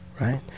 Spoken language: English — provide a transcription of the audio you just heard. Right